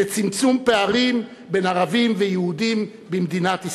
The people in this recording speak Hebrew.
לצמצום פערים בין ערבים ויהודים במדינת ישראל.